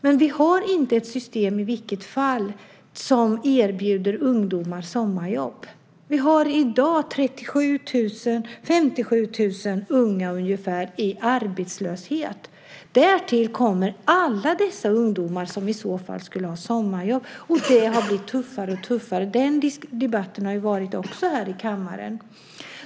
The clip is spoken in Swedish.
Men vi har ändå inte ett system som erbjuder ungdomar sommarjobb. I dag är ungefär 57 000 unga arbetslösa. Därtill kommer alla de ungdomar som i så fall skulle ha sommarjobb. Det har blivit allt tuffare. Den debatten har vi också haft här i kammaren.